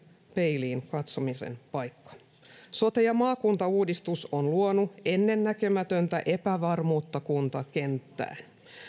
peiliin katsomisen paikka sote ja maakuntauudistus on luonut ennennäkemätöntä epävarmuutta kuntakenttään